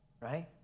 right